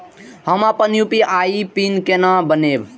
हम अपन UPI PIN केना बनैब?